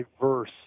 diverse